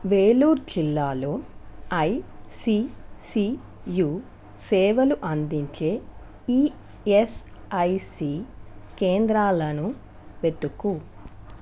వెలూర్ జిల్లాలో ఐసీసీయు సేవలు అందించే ఈఎస్ఐసి కేంద్రాలను వెతుకు